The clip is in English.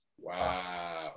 Wow